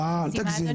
לא, אל תגזימי.